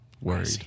worried